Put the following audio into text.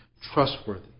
trustworthy